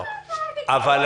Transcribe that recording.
אבל